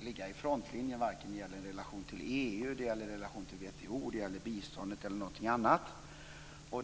ligga i frontlinjen. Det gäller relationen till EU, till WTO och biståndet osv.